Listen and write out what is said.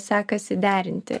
sekasi derinti